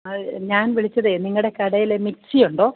അത് ഞാൻ വിളിച്ചതേ നിങ്ങളുടെ കടയില് മിക്സിയുണ്ടോ